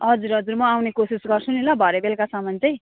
हजुर हजुर म आउने कोसिस गर्छु नि ल भरे बेलुकासम्म चाहिँ